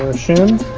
shim,